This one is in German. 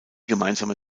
gemeinsame